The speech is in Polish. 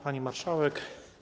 Pani Marszałek!